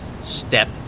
Step